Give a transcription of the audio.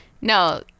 no